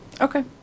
Okay